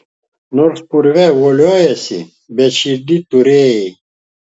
nors purve voliojaisi bet širdyj turėjai